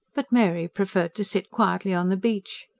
but mary preferred to sit quietly on the beach.